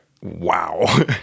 wow